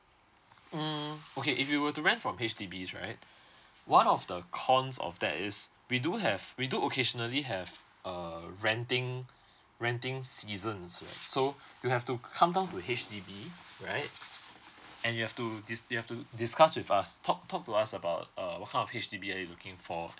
mm okay if you were to rent from H_D_B right one of the cons of that is we do have we do occasionally have uh renting renting seasons so you have to come down to H_D_B right and you have to dis~ you have to discuss with us talk talk to us about uh what kind of H_D_B are you looking for